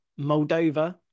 Moldova